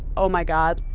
oh, my god.